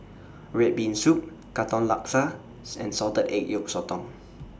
Red Bean Soup Katong Laksa and Salted Egg Yolk Sotong